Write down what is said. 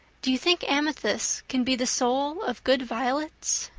do you think amethysts can be the souls of good violets?